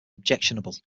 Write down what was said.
objectionable